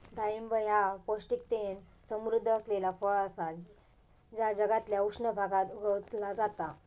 डाळिंब ह्या पौष्टिकतेन समृध्द असलेला फळ असा जा जगातल्या उष्ण भागात उगवला जाता